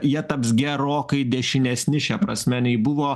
jie taps gerokai dešinesni šia prasme nei buvo